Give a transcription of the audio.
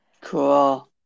Cool